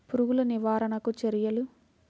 పురుగులు నివారణకు చర్యలు?